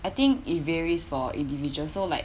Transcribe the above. I think it varies for individuals so like